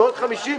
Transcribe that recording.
ועוד 50,